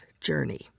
journey